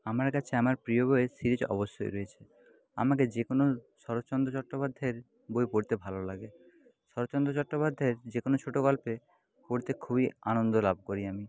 আমার কাছে আমার প্রিয় বইয়ের সিরিজ অবশ্যই রয়েছে আমাকে যে কোনও শরৎচন্দ্র চট্টোপাধ্যায়ের বই পড়তে ভালো লাগে শরৎচন্দ্র চট্টোপাধ্যায়ের যে কোনও ছোটগল্পে পড়তে খুবই আনন্দ লাভ করি আমি